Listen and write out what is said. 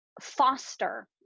foster